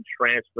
transfer